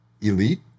elite